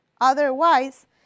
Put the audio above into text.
Otherwise